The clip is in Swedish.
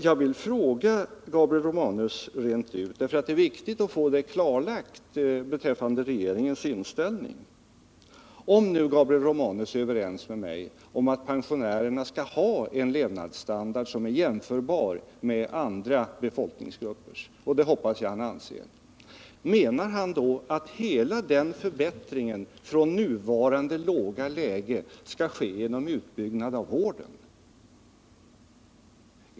Jag vill fråga Gabriel Romanus rent ut, därför att det är viktigt att få regeringens inställning klarlagd: Om nu Gabriel Romanus är överens med mig om att pensionärerna skall ha en levnadsstandard som är jämförbar med andra befolkningsgruppers — och det hoppas jag att han anser — menar han då att hela den förbättringen från nuvarande låga nivå skall ske genom utbyggnad av vården?